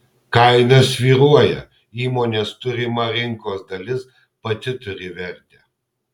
kaina svyruoja įmonės turima rinkos dalis pati turi vertę